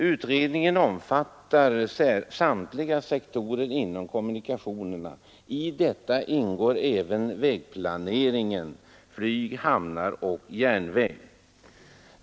Utredningen omfattar samtliga sektorer inom kommunikationerna. I detta ingår även vägplaneringen, flyg, hamnar och järnväg.